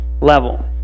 level